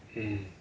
mm